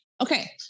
Okay